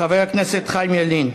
חבר הכנסת חיים ילין.